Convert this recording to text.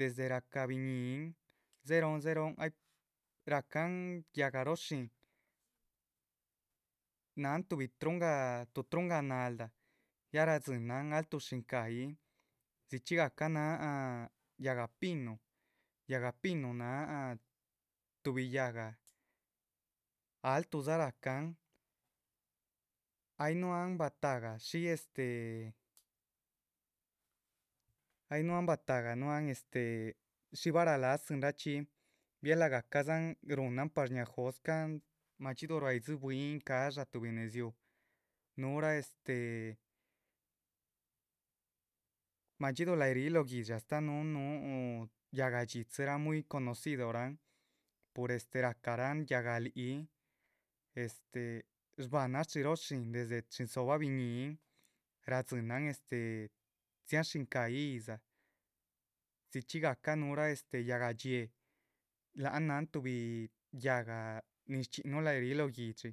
desde rahca biñíhin dzérohon dzérohon, rahcan yáhga róho shín, náhan tuhbi trungah naldáh ya radzínan alto. shíncahyi, dzichxí gahca náha yáhga pinu yáhga pinu náha tuhbi yáhga altudza rahcan, ay nuhuan batahga shí este ay núhuan batahga núhuan este shí vara lázarachxi. bihé lagácadzan ruhúnan par shñiáha jóscahn madxídu ruá yíhdzi bwín cádsha tuhbi nedziú núhura este madxídu láh ríh lóho guihdxi astáh núhun núh yáhga dxitziraa núhu. conocidoran pur este rahcaran yáhga líhic, este shbáhanan shchxiróho shín desde chin dzóhobah biñíhin radzínan este dziáhan shinca´yih yíhdza dzichxí gahca núhurah ewte yáhga. dxiéhe lac han náhan tuhbi yáhga nin shchxin nuh lahyi ríh lóho guihdxi